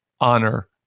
honor